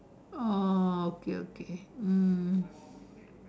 oh okay okay mm